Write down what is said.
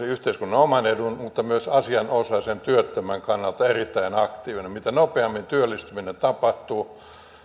yhteiskunnan oman edun mutta myös asianosaisen työttömän kannalta erittäin aktiivinen mitä nopeammin työllistyminen tapahtuu